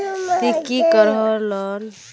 ती की करोहो लोन?